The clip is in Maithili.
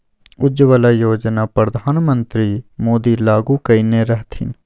उज्जवला योजना परधान मन्त्री मोदी लागू कएने रहथिन